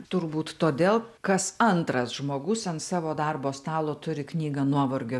turbūt todėl kas antras žmogus ant savo darbo stalo turi knygą nuovargio